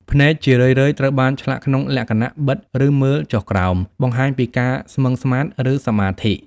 ភ្នែកជារឿយៗត្រូវបានឆ្លាក់ក្នុងលក្ខណៈ បិទ ឬមើលចុះក្រោម បង្ហាញពីការស្មឹងស្មាត ឬសមាធិ។